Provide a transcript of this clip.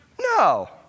No